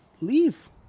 leave